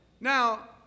now